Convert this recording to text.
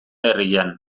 herrian